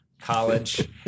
college